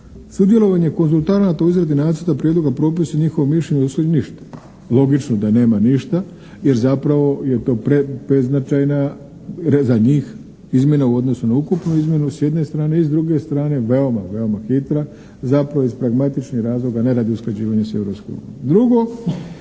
sudjelovanje konzultanata u izradi nacrta prijedloga propisa i njihovo mišljenje …/Govornik se ne razumije./… ništa. Logično da nema ništa jer zapravo je to prebeznačajna … /Govornik se ne razumije./ … za njih izmjena u odnosu na ukupnu izmjenu s jedne strane i s druge strane veoma, veoma hitra zapravo iz pragmatičnih razloga ne radi usklađivanja s